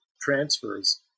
transfers